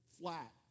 flat